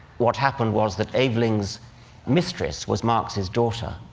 what happened was that aveling's mistress was marx's daughter,